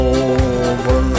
over